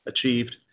achieved